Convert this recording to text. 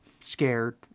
scared